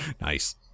Nice